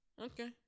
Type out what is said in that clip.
Okay